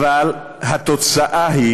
אבל התוצאה היא